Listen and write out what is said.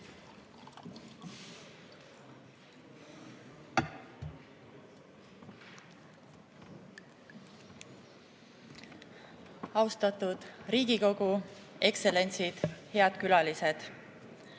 Austatud Riigikogu! Ekstsellentsid! Head külalised!